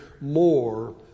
more